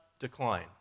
decline